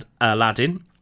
Aladdin